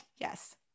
Yes